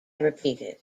repeated